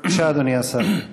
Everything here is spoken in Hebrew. בבקשה, אדוני השר.